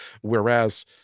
Whereas